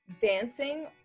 dancing